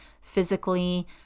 physically